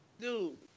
dude